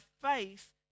faith